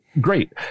great